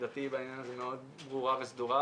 עמדתי בעניין הזה היא מאוד ברורה וסדורה,